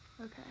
Okay